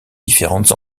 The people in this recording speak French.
différentes